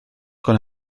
con